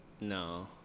No